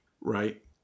Right